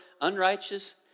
unrighteous